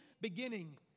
beginning